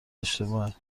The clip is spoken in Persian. اشتباهه